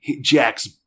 Jack's